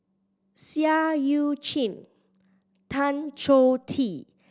Seah Eu Chin Tan Choh Tee